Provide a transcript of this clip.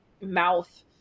mouth